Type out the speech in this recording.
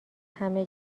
همه